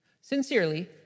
Sincerely